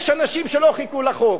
יש אנשים שלא חיכו לחוק.